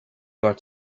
got